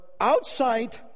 outside